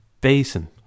basin